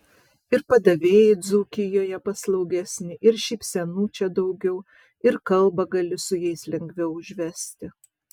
ir padavėjai dzūkijoje paslaugesni ir šypsenų čia daugiau ir kalbą gali su jais lengviau užvesti